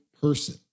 person